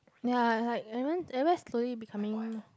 ya like everyone everywhere slowly becoming